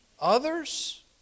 Others